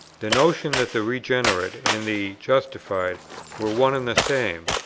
the notion that the regenerate and the justified were one and the same,